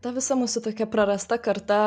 ta visa mūsų tokia prarasta karta